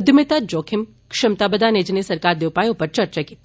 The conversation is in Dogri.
उद्यमिता जोखिम क्षमता बदाने जनेह सरकार दे उपायों उप्पर चर्चा कीती